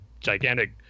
gigantic